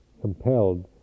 compelled